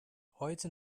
heute